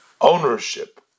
ownership